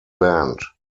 band